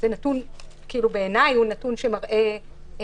לדעתי הוא נתון שמראה אכיפה.